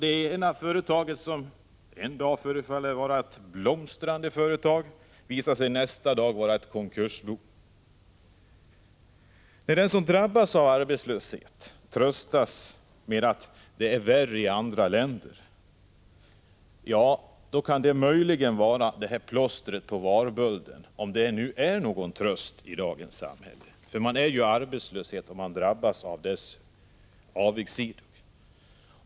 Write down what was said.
Ett företag som ena dagen förefaller vara blomstrande visar sig nästa dag vara ett konkursbo. Den som drabbas av arbetslöshet tröstas med att det är värre i andra länder. Det kan möjligen tjäna som ett plåster på varbölden, om det nu är någon tröst för den som drabbas av det här samhällets avigsidor i form av arbetslöshet.